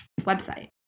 website